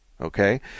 okay